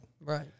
Right